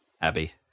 Abby